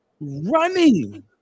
running